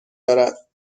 دارد